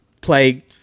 play